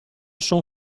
son